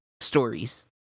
stories